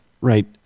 right